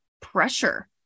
pressure